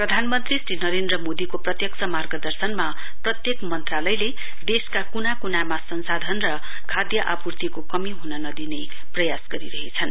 प्रधानमन्त्री श्री नरेन्द्र मोदीको मार्गदर्शनमा प्रत्येक मन्त्रालयले देशका कुनाकुनामा संसाधन र खाद्य आपुर्तिको कमी हुन नदिने प्रयास गरिरहेछन्